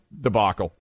debacle